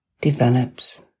develops